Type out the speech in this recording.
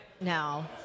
No